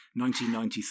1993